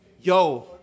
yo